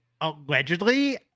allegedly